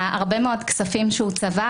הרבה מאוד כספים שהוא צבר,